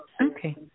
Okay